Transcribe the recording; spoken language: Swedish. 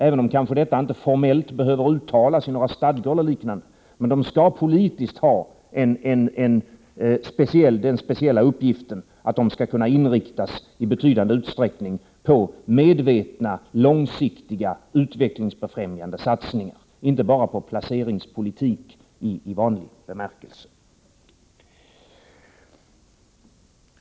Även om detta kanske inte formellt behöver uttalas i några stadgor eller liknande, skall löntagarfonder na ha den speciella uppgiften att kunna inriktas i betydande utsträckning på medvetna långsiktiga utvecklingsfrämjande satsningar, inte bara på placeringspolitik i vanlig bemärkelse.